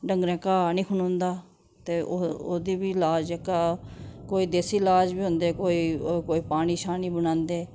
डंगरें घा नि खलोंदा ते ओह् ओह्दी बी लाज जेह्का कोई देसी लाज बी होंदे कोई कोई पानी छानी बनांदे